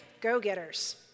go-getters